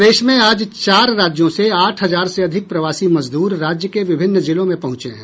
प्रदेश में आज चार राज्यों से आठ हजार से अधिक प्रवासी मजदूर राज्य के विभिन्न जिलों में पहुंचे हैं